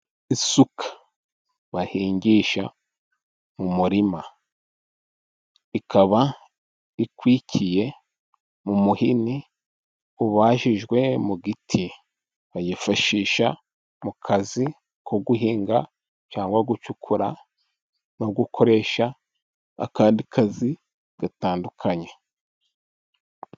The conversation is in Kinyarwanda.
Isuka bahingisha mu murima, ikaba ikwikiye mu muhini ubajijwe mu giti, bayifashisha mu kazi ko guhinga cyangwa gucukura no gukoresha akandi kazi gatandukanye.